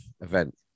event